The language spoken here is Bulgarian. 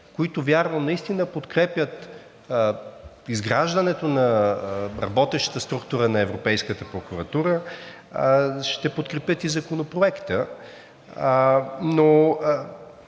които вярвам, че наистина подкрепят изграждането на работеща структура на Европейската прокуратура, ще подкрепят и Законопроекта. По